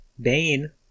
Bane